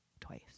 twice